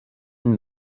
and